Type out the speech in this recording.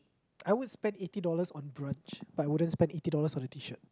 I would spend eighty dollars on brunch but I wouldn't spend eighty dollars on a T shirt